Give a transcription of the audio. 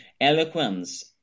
eloquence